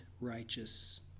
righteous